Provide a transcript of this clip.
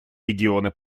регионы